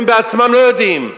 הם בעצמם לא יודעים.